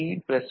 B B